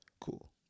Cool